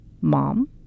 mom